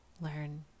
learn